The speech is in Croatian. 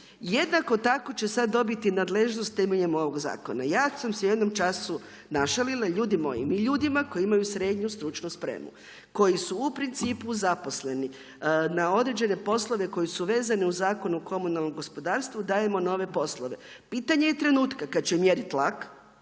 Jednako tako će sad dobiti nadležnost temeljem ovog zakona. Ja sam si u jednom času našalila. Ljudi moji, mi ljudima koji imaju srednju stručnu spremu, koji su u principu zaposleni na određene poslove koji su vezani u Zakonu o komunalnom gospodarstvu dajemo nove poslove. Pitanje je trenutka kada će mjeriti tlak,